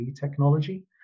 technology